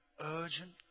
urgent